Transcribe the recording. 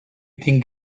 think